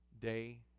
day